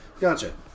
Gotcha